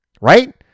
right